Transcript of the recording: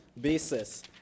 basis